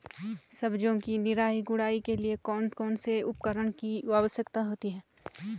सब्जियों की निराई गुड़ाई के लिए कौन कौन से उपकरणों की आवश्यकता होती है?